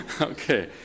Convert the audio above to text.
okay